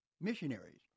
missionaries